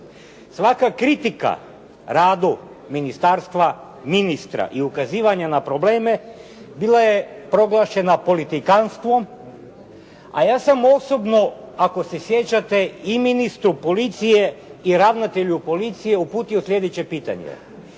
Svaka kritika radu ministarstva, ministra i ukazivanje na probleme bila je proglašena politikantstvom, a ja sam osobno ako se sjećate i ministru policije i ravnatelju policije uputio sljedeće pitanje: